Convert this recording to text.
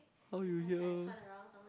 how you hear